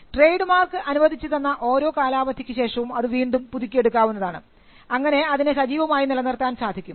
trade mark അനുവദിച്ചുതന്ന ഓരോ കാലാവധിക്കു ശേഷവും അത് വീണ്ടും പുതുക്കി എടുക്കാവുന്നതാണ് അങ്ങനെ അതിനെ സജീവമായി നിലനിർത്തുവാൻ സാധിക്കും